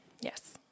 Yes